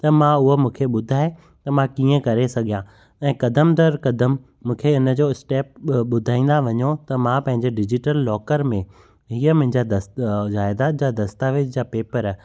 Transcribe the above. त मां उहो मूंखे ॿुधाए त मां कीअं करे सघियां ऐं क़दम दर क़दम मूंखे हिनजो स्टेप ॿुधाईंदा वञो त मां पंहिंजे डिजीटल लॉकर में इहे मुंहिंजा दस्त जायदाद जा दस्तावेज़ जा पेपर